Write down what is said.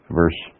verse